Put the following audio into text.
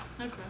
Okay